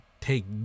take